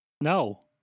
No